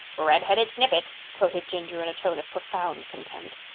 redheaded snippet, quoted ginger in a tone of profound contempt.